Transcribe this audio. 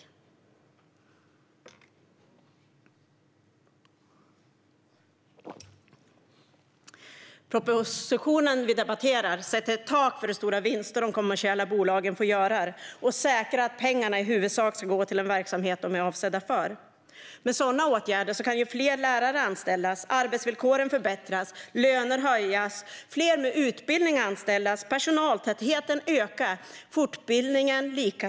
Den proposition vi nu debatterar sätter ett tak för hur stora vinster de kommersiella bolagen får göra och säkrar att pengarna i huvudsak ska gå till den verksamhet de är avsedda för. Med sådana åtgärder kan fler lärare anställas, arbetsvillkoren förbättras, löner höjas, fler med utbildning anställas och personaltätheten och fortbildningen öka.